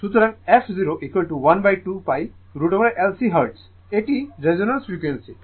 সুতরাং f 012 pI√ LC hertz এটি resonance frequency